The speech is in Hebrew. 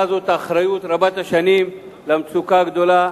הזאת את האחריות רבת השנים למצוקה הגדולה